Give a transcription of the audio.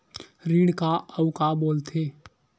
ऋण का अउ का बोल थे?